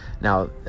now